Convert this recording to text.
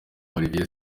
olivier